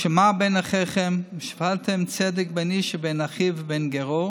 "שָׁמֹעַ בין אחיכם ושפטתם צדק בין איש ובין אחיו ובין גרו.